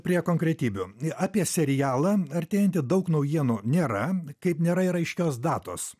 prie konkretybių apie serialą artėjantį daug naujienų nėra kaip nėra ir aiškios datos